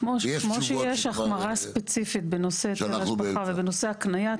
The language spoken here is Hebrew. כמו שיש החמרה ספציפית בנושא היטל השבחה לבין נושא הקניית